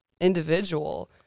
individual